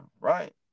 right